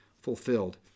fulfilled